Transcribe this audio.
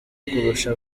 kurusha